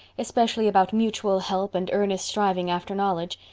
especially about mutual help and earnest striving after knowledge.